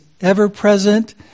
ever-present